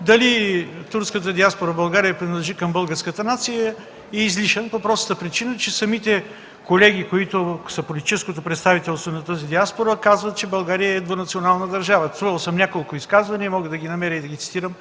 дали турската диаспора в България принадлежи към българската нация е излишен по простата причина, че самите колеги, които са политическо представителство на тази диаспора, казват, че България е еднонационална държава. Чувал съм няколко изказвания, мога да ги намеря и да ги цитирам